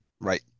Right